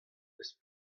eus